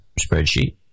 spreadsheet